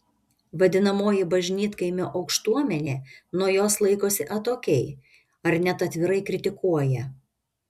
vadinamoji bažnytkaimio aukštuomenė nuo jos laikosi atokiai ar net atvirai kritikuoja